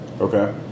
Okay